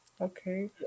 Okay